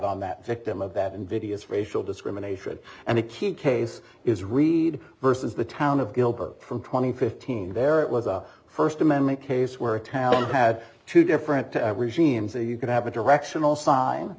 on that victim of that invidious racial discrimination and a key case is read versus the town of gilbert from twenty fifteen there it was a first amendment case where a town had two different regimes or you could have a directional sign